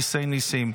ניסי ניסים.